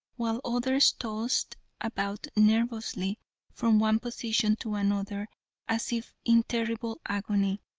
while others tossed about nervously from one position to another as if in terrible agony.